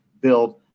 build